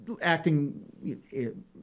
acting